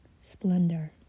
splendor